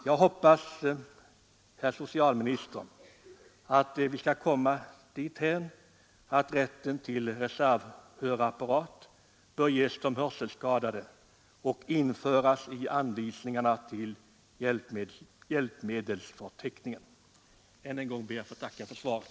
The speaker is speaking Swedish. Jag hoppas då, herr socialminister, att vi skall komma dithän att rätten till reservhörapparat åt de hörselskadade tas med i anvisningarna till hjälpmedelsförteckningen. Jag ber än en gång att få tacka för svaret.